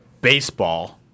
baseball